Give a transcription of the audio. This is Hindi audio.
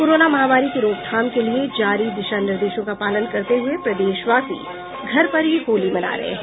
कोरोना महामारी की रोकथाम के लिये जारी दिशा निर्देशों का पालन करते हुए प्रदेशवासी घर पर ही होली मना रहे हैं